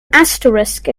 asterisk